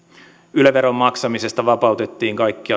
yle veron maksamisesta vapautettiin kaikki